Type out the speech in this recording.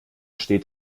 steht